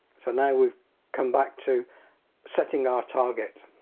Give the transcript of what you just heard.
so now we've come back to setting our target.